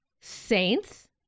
Saints